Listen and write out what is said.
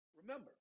Remember